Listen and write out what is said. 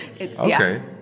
okay